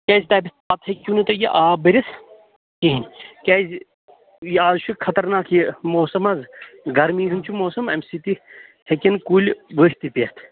کیٛازِ تَتہِ پَتہٕ ہیٚکِو نہٕ تُہۍ یہِ آب بٔرِتھ کِہیٖنٛۍ کیٛازِ یہِ اَز چھُ خطرناک یہِ موسم حظ گرمی ہُنٛد چھُ موسم اَمہِ سۭتۍ ہیٚکٮ۪ن کُلۍ ؤسۍ تہِ پٮ۪تھ